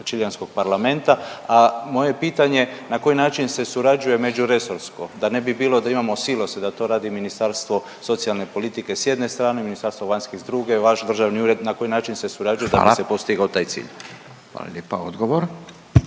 čileanskog parlamenta, a moje pitanje je na koji način se surađuje međuresorsko, da ne bi bilo da imamo silose, da to radi Ministarstvo socijalne politike s jedne strane, Ministarstvo vanjskih s druge, vaš državni ured, na koji način se…/Upadica Radin: Hvala./… surađuje da